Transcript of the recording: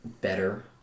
better